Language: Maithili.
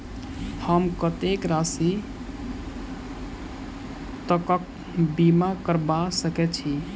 हम कत्तेक राशि तकक बीमा करबा सकै छी?